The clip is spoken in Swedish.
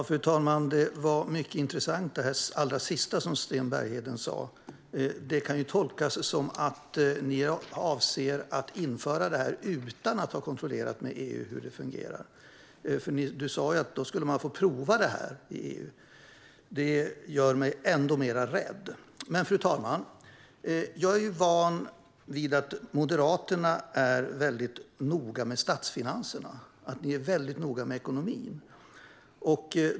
Fru talman! Det sista Sten Bergheden sa var mycket intressant. Det kan tolkas som att ni avser att införa detta utan att ha kontrollerat med EU hur det fungerar. Du sa att då skulle man få pröva detta i EU, vilket gör mig ännu mer rädd. Fru talman! Jag är van vid att Moderaterna är noga med statsfinanserna, med ekonomin.